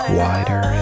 wider